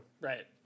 right